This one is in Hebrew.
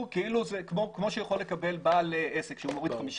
כמו שיכול לקבל בעל עסק שהוא יכול להוריד 50